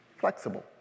flexible